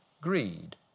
greed